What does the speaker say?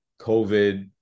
COVID